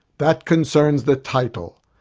that concerns the title.